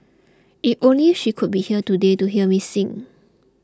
if only she could be here today to hear me sing